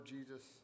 Jesus